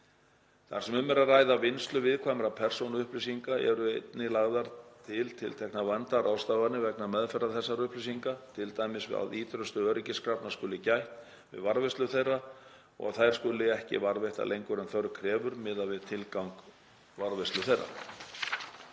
Þar sem um er að ræða vinnslu viðkvæmra persónuupplýsinga eru einnig lagðar til tilteknar verndarráðstafanir vegna meðferðar þessara upplýsinga, t.d. að ýtrustu öryggiskrafna skuli gætt við varðveislu þeirra og að þær skuli ekki varðveittar lengur en þörf krefur miðað við tilgang varðveislu þeirra.